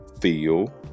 feel